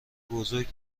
بزرگ